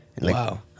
Wow